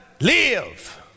live